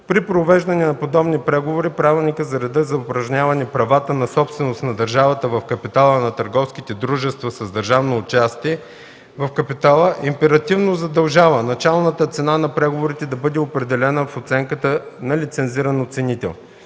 При провеждане на подобни преговори Правилникът за реда за упражняване правата на собственост на държавата в капитала на търговските дружества с държавно участие в капитала императивно задължава началната цена на преговорите да бъде определена в оценка на лицензиран оценител.